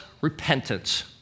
repentance